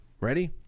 ready